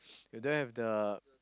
you don't the